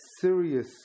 serious